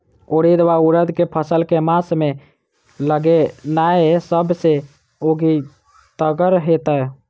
उड़ीद वा उड़द केँ फसल केँ मास मे लगेनाय सब सऽ उकीतगर हेतै?